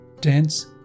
dense